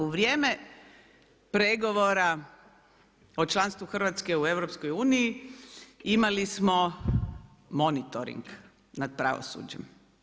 U vrijeme pregovora o članstvu Hrvatske u EU imali smo monitoring nad pravosuđem.